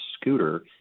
scooter